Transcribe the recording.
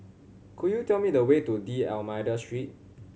could you tell me the way to D'Almeida Street